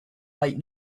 late